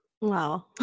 Wow